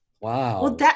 Wow